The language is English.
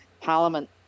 Parliament